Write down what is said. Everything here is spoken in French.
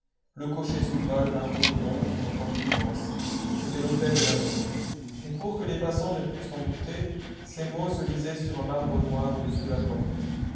le cocher souleva le marteau de bronze d'une porte immense c'était l'hôtel de la mole et pour que les passants ne pussent en douter ces mots se lisaient sur un marbre noir au-dessus de la porte